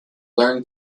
learned